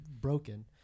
broken